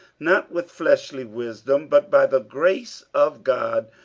not with fleshly wisdom, but by the grace of god,